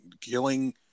killing